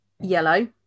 yellow